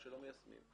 רק לא מיישמים את זה.